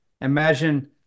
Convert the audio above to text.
Imagine